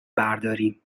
برداریم